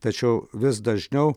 tačiau vis dažniau